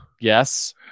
Yes